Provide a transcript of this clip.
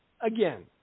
Again